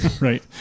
Right